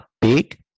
big